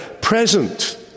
present